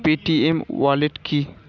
Paytm wallet কি?